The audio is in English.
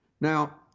Now